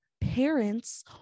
parents